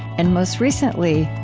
and, most recently,